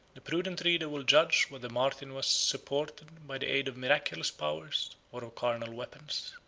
the prudent reader will judge whether martin was supported by the aid of miraculous powers, or of carnal weapons.